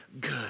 good